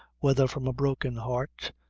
whether from a broken heart,